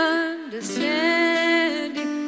understanding